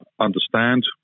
understand